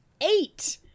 Eight